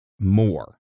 more